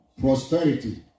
Prosperity